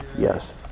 Yes